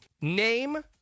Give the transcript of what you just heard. name